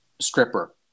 stripper